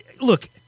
Look